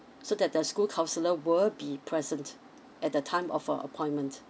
so that the school counsellor will be present at the time of uh appointment